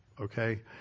okay